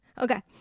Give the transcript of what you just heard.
okay